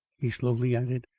he slowly added,